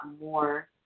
more